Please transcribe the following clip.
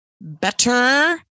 better